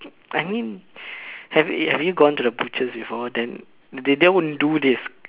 I mean have you have you gone to the butchers before then they won't do this